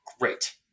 great